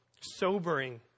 sobering